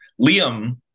Liam